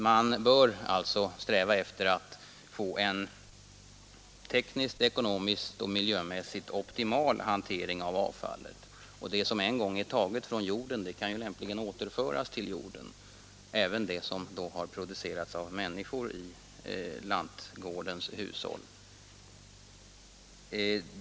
Man bör alltså sträva efter att få en tekniskt, ekonomiskt och miljömässigt optimal hantering av avfallet, och det som en gång är taget från jorden kan ju lämpligen återföras till jorden — även det som har producerats av människor i lantgårdens hushåll.